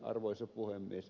arvoisa puhemies